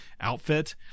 outfit